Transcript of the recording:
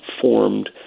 formed